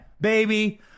baby